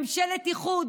ממשלת איחוד,